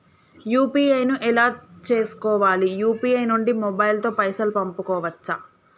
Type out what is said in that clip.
UPI ను ఎలా చేస్కోవాలి యూ.పీ.ఐ నుండి మొబైల్ తో పైసల్ పంపుకోవచ్చా?